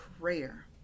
prayer